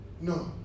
No